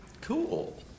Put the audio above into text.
cool